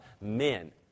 men